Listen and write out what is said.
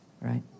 right